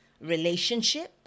relationship